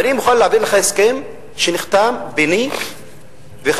אני מוכן להעביר לך הסכם שנחתם ביני וחברי